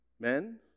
men